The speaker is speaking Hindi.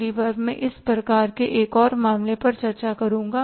अगली बार मैं इस प्रकार के एक और मामले पर चर्चा करूँगा